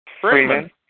Freeman